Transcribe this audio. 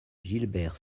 gilbert